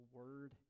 word